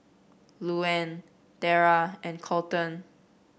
Louann Terra and Colton